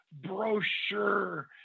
brochure